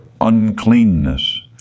Uncleanness